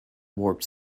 warped